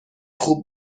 خوب